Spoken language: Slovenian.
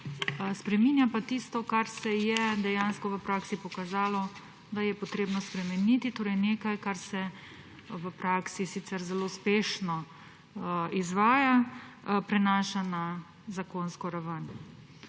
spreminja pa tisto, za kar se je dejansko v praksi pokazalo, da je treba spremeniti. Torej, nekaj, kar se v praksi sicer zelo uspešno izvaja, se prenaša na zakonsko raven.